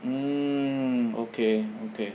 mm okay okay